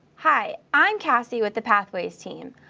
hi, i'm cassie with the pathways team.